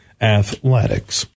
Athletics